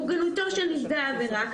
מוגנותו של נפגע העבירה,